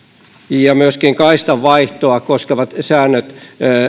myöskin kaistanvaihtoa koskevat säännöt